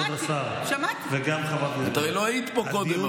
חברת הכנסת ברביבאי, את אפילו לא היית פה קודם.